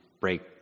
break